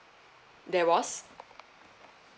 there was